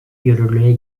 yürürlüğe